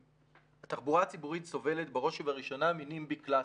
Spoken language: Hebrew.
התחבורה הציבורית סובלת בראש ובראשונה מנימב"י קלאסי,